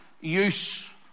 use